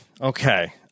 Okay